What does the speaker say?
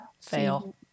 fail